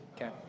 okay